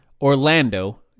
Orlando